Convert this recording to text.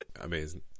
amazing